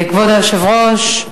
כבוד היושב-ראש,